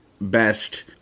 best